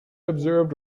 observed